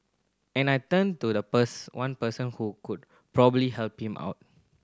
and I turned to the bus one person who could probably help him out